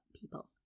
people